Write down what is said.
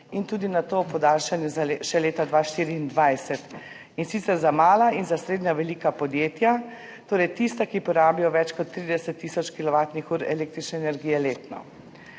in tudi glede tega podaljšanja za leto 2024, in sicer za mala in srednje velika podjetja, torej tista, ki porabijo več kot 30 tisoč kilovatnih ur električne energije letno.